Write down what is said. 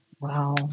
Wow